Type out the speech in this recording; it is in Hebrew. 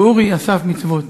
ואורי אסף מצוות.